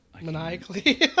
Maniacally